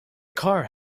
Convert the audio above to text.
car